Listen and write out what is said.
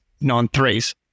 non-threes